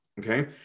Okay